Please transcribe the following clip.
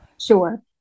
Sure